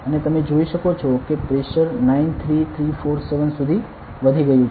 અને તમે જોઈ શકો છો કે પ્રેશર 93347 સુધી વધી ગયું છે